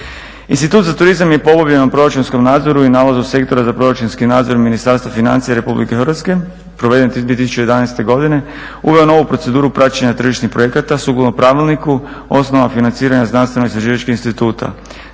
Institut za turizam je po obavljenom proračunskom nadzoru i nalazu Sektora za proračunski nadzor Ministarstva financija Republike Hrvatske proveden 2011. godine uveo novu proceduru praćenja tržišnih projekata sukladno pravilniku, osnovama financiranja znanstveno-istraživačkih instituta.